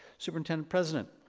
superintendent president.